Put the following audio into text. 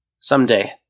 Someday